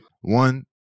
One